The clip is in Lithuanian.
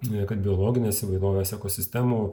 ne kad biologinės įvairovės ekosistemų